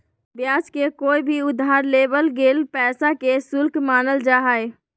ब्याज के कोय भी उधार लेवल गेल पैसा के शुल्क मानल जा हय